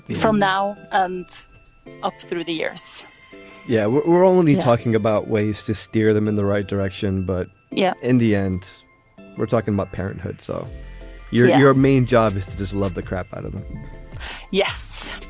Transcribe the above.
from now and up through the years yeah. we're we're only talking about ways to steer them in the right direction. but yeah, in the end we're talking about parenthood. so your your main job is to just love the crap out of them yes.